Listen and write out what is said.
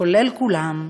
כולל כולם,